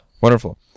Wonderful